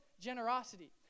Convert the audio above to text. generosity